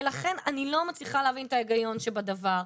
ולכן אני לא מצליחה להבין את ההיגיון שבדבר.